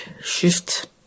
shift